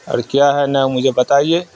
اور کیا ہے نا مجھے بتائیے